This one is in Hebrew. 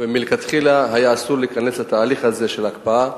ומלכתחילה היה אסור להיכנס לתהליך הזה של הקפאה.